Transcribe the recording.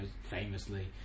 famously